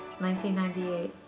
1998